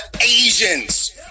Asians